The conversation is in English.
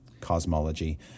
cosmology